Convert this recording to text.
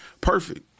Perfect